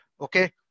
okay